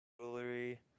jewelry